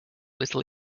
little